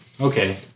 Okay